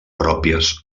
pròpies